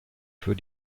für